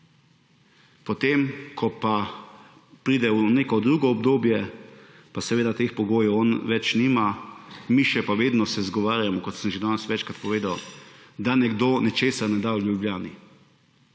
potem ko pa pride v neko drugo obdobje, pa seveda teh pogojev on več nima, mi še pa vedno se izgovarjamo, kot sem že danes večkrat povedal, da nekdo nečesa ne da v Ljubljani.